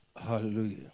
Hallelujah